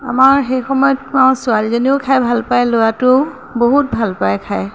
আমাৰ সেই সময়ত আ ছোৱালীজনীও খাই ভাল পায় ল'ৰাটোও বহুত ভাল পায় খাই